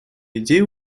идею